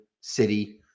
City